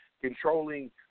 controlling